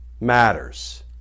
matters